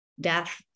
death